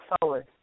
forward